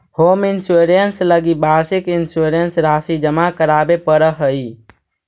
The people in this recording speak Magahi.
होम इंश्योरेंस लगी वार्षिक इंश्योरेंस राशि जमा करावे पड़ऽ हइ